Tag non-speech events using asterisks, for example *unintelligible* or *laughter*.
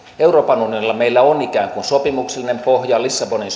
euroopan unionin kanssa meillä on ikään kuin sopimuksellinen pohja lissabonin *unintelligible*